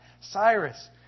Cyrus